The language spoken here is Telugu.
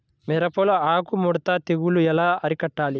మిరపలో ఆకు ముడత తెగులు ఎలా అరికట్టాలి?